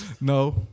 No